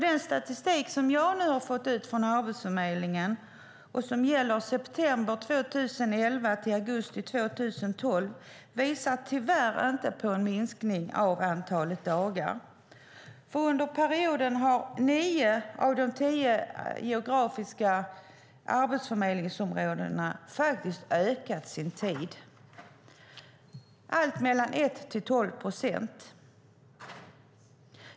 Den statistik som jag nu fått ut från Arbetsförmedlingen och som gäller perioden september 2011 till augusti 2012 visar tyvärr inte på en minskning av antalet dagar. Under perioden har nio av de tio geografiska arbetsförmedlingsområdena ökat sin handläggningstid med allt mellan 1 och 12 procent.